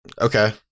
Okay